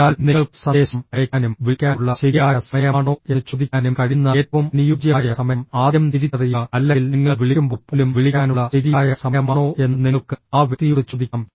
അതിനാൽ നിങ്ങൾക്ക് സന്ദേശം അയയ്ക്കാനും വിളിക്കാനുള്ള ശരിയായ സമയമാണോ എന്ന് ചോദിക്കാനും കഴിയുന്ന ഏറ്റവും അനുയോജ്യമായ സമയം ആദ്യം തിരിച്ചറിയുക അല്ലെങ്കിൽ നിങ്ങൾ വിളിക്കുമ്പോൾ പോലും വിളിക്കാനുള്ള ശരിയായ സമയമാണോ എന്ന് നിങ്ങൾക്ക് ആ വ്യക്തിയോട് ചോദിക്കാം